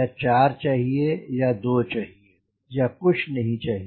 या 4 चाहिए या 2 चाहिए या कुछ नहीं चाहिए